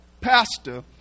pastor